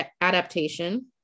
adaptation